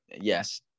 Yes